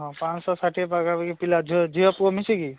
ହଁ ପାଞ୍ଚଶହ ଷାଠିଏ ପାଖାପାଖି ପିଲା ଝିଅ ପୁଅ ମିଶିକି